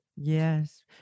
Yes